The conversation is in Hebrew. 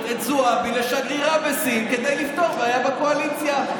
את זועבי לשגרירה בסין כדי לפתור בעיה בקואליציה.